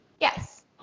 Yes